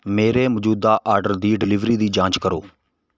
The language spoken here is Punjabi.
ਮੇਰੇ ਮੌਜੂਦਾ ਆਰਡਰ ਦੀ ਡਿਲਿਵਰੀ ਦੀ ਜਾਂਚ ਕਰੋ